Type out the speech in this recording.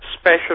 special